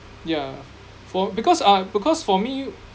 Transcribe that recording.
yeah for because uh because for me